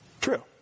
true